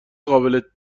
قابل